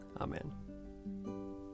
Amen